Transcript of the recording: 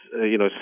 you know,